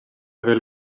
veel